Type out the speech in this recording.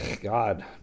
God